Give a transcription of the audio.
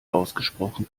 ausgesprochen